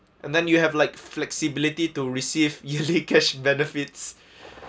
and then you have like flexibility to receive yearly cash benefits